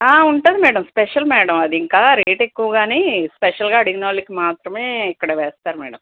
ఉంటుంది madam special madam అది ఇంకా రేట్ ఎక్కువగా కానీ స్పెషల్గా అడిగిన వాళ్ళకి మాత్రమే ఇక్కడ వేస్తారు మేడం